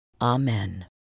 Amen